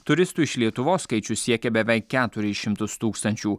turistų iš lietuvos skaičius siekia beveik keturis šimtus tūkstančių